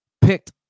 picked